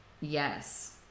Yes